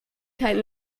kein